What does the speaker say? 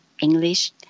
English